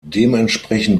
dementsprechend